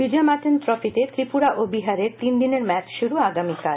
বিজয় মার্চেন্ট ট্রফিতে ত্রিপুরা ও বিহারের তিনদিনের ম্যাচ শুরু আগামীকাল